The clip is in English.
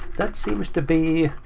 that seems to be,